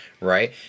right